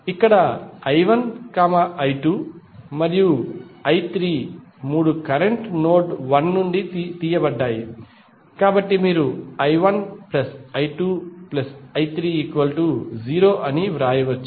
ఇక్కడ I1 I2 మరియుI3 మూడు కరెంట్ లు నోడ్ 1 నుండి తీయబడ్డాయి కాబట్టి మీరు I1I2I30 అని వ్రాయవచ్చు